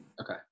Okay